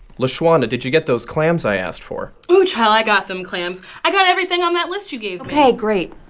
lashawana, did you get those clams i asked for? oh, child i got them clams. i got everything on that list you gave me ok. great.